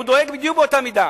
הוא דואג בדיוק באותה מידה.